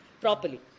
properly